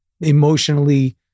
emotionally